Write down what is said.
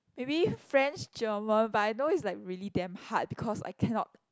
maybe French German but I know it's like really damn hard because I cannot